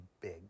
big